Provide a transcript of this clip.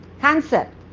concept